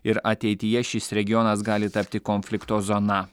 ir ateityje šis regionas gali tapti konflikto zona